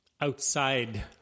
outside